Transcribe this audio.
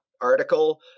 article